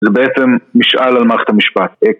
זה בעצם משאל על מערכת המשפט